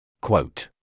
Quote